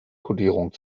kodierung